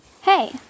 Hey